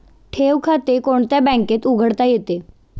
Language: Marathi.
ठेव खाते कोणत्या बँकेत उघडता येते?